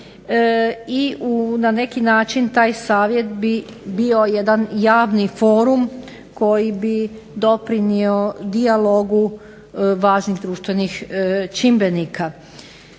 i na neki način taj savjet bi bio jedan javni forum koji bi doprinio dijalogu važnih društvenih čimbenika.